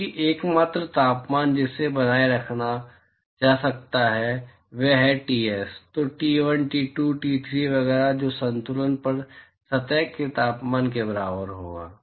क्योंकि एकमात्र तापमान जिसे बनाए रखा जा सकता है वह है Ts तो T1 T2 T3 वगैरह जो संतुलन पर सतह के तापमान के बराबर होगा